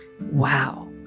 Wow